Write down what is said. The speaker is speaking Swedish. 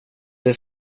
det